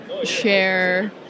Share